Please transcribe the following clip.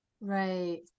right